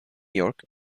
york